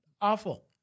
awful